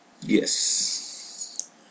Yes